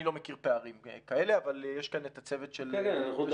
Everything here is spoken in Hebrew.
אני לא מכיר פערים כאלה אבל יש כאן את הצוות של תשתיות.